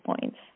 points